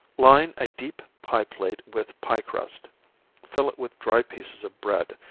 line a deep pie plate with pie crust fill it with dry pieces of bread,